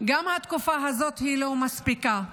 גם התקופה הזאת היא לא מספיקה,